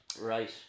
right